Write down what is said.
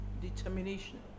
determination